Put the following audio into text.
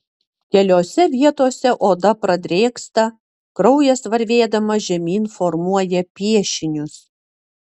keliose vietose oda pradrėksta kraujas varvėdamas žemyn formuoja piešinius